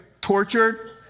tortured